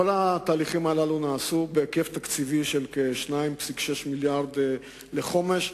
כל התהליכים הללו נעשו בהיקף תקציבי של כ-2.6 מיליארדי ש"ח לחומש.